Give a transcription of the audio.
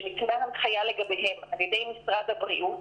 שניתנה הנחיה לגביהם על ידי משרד הבריאות,